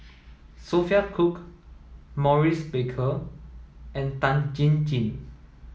Sophia Cooke Maurice Baker and Tan Chin Chin